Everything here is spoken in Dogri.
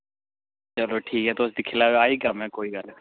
चलो ठीक ऐ तुस दिक्खी लैएओ आई जाह्गा में कोई गल्ल निं